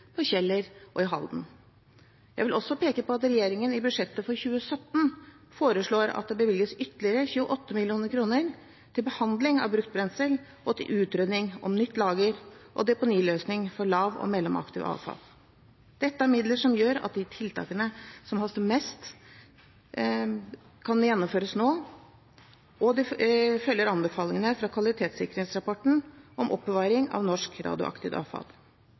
på Kjeller og i Halden. Jeg vil også peke på at regjeringen i budsjettet for 2017 foreslår at det bevilges ytterligere 28 mill. kr til behandling av brukt brensel og til utredning om nytt lager og deponiløsning for lav- og mellomaktivt avfall. Dette er midler som gjør at de tiltakene som haster mest, kan gjennomføres nå, og de følger anbefalingene fra kvalitetssikringsrapporten om oppbevaring av norsk radioaktivt avfall.